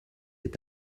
est